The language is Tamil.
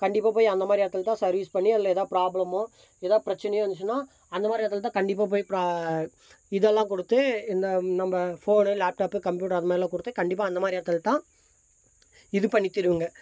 கண்டிப்பாக போய் அந்த மாதிரி இடத்துலதான் சர்வீஸ் பண்ணி அதில் எதாவது ப்ராப்ளமோ எதாவது பிரச்சினையோ இருந்துச்சுனா அந்த மாதிரி இடத்துலதான் கண்டிப்பாக போய் இதெல்லாம் கொடுத்து இந்த நம்ம ஃபோனு லேப்டாப்பு கம்ப்யூட்டர் அது மாதிரிலாம் கொடுத்து கண்டிப்பாக அந்த மாதிரி இடத்துலதான் இது பண்ணி தருவாங்க